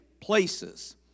Places